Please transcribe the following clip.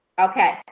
Okay